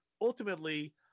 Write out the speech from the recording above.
ultimately